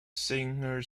singer